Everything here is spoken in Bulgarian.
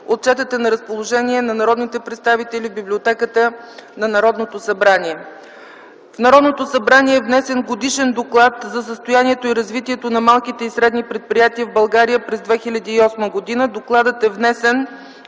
Отчетът е на разположение на народните представители в библиотеката на Народното събрание. В Народното събрание е внесен Годишен доклад за състоянието и развитието на малките и средни предприятия в България през 2008 г. Докладът е внесен